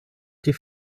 die